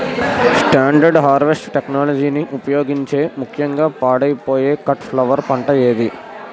Standard harvest టెక్నాలజీని ఉపయోగించే ముక్యంగా పాడైపోయే కట్ ఫ్లవర్ పంట ఏది?